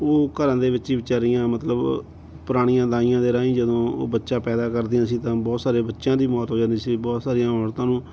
ਉਹ ਘਰਾਂ ਦੇ ਵਿੱਚ ਵਿਚਾਰੀਆਂ ਮਤਲਬ ਪੁਰਾਣੀਆਂ ਦਾਈਆਂ ਦੇ ਰਾਹੀਂ ਜਦੋਂ ਉਹ ਬੱਚਾ ਪੈਦਾ ਕਰਦੀਆਂ ਸੀ ਤਾਂ ਬਹੁਤ ਸਾਰੇ ਬੱਚਿਆਂ ਦੀ ਮੌਤ ਹੋ ਜਾਂਦੀ ਸੀ ਬਹੁਤ ਸਾਰੀਆਂ ਔਰਤਾਂ ਨੂੰ